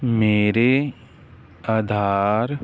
ਮੇਰੇ ਆਧਾਰ